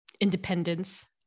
independence